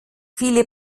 viele